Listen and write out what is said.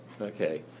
Okay